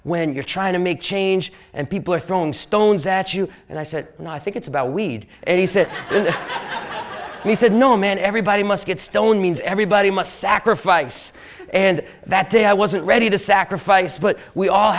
when you're trying to make change and people are throwing stones at you and i said and i think it's about weed and he said he said no man everybody must get stoned means everybody must sacrifice and that day i wasn't ready to sacrifice but we all